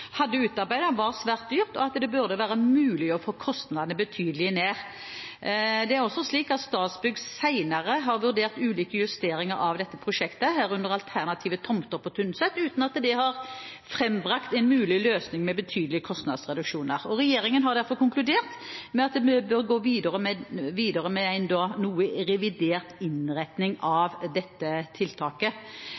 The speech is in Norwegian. hadde utarbeidet, var svært dyrt, og at det burde være mulig å få kostnadene betydelig ned. Det er også slik at Statsbygg senere har vurdert ulike justeringer av dette prosjektet, herunder alternative tomter på Tynset, uten at det har frembrakt en mulig løsning med betydelige kostnadsreduksjoner. Regjeringen har derfor konkludert med at en bør gå videre med en noe revidert innretning av dette tiltaket.